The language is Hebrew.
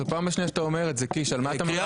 זאת הפעם השנייה שאתה אומר את זה על מה אתה מדבר?